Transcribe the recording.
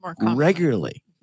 regularly